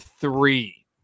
three